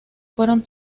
fueron